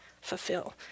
fulfill